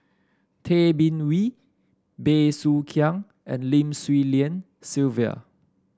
Tay Bin Wee Bey Soo Khiang and Lim Swee Lian Sylvia